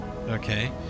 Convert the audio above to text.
okay